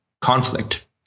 conflict